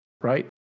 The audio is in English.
right